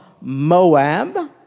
Moab